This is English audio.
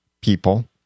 people